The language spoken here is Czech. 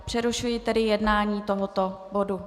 Přerušuji tedy jednání tohoto bodu.